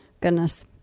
goodness